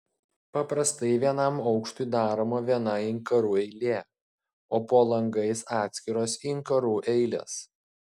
paprastai vienam aukštui daroma viena inkarų eilė o po langais atskiros inkarų eilės